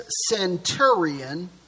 centurion